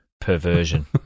Perversion